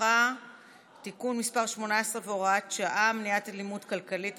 במשפחה (תיקון מס' 18 והוראת שעה) (מניעת אלימות כלכלית),